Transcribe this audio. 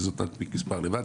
וזו תצטרך להנפיק לבד,